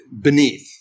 beneath